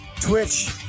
twitch